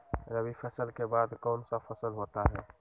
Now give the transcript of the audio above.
रवि फसल के बाद कौन सा फसल होता है?